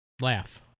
laugh